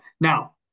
now